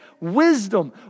wisdom